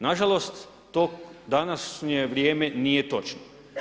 Nažalost, to u današnje vrijeme nije točno.